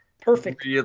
Perfect